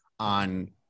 on